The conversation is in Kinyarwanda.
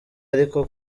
ariko